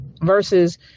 versus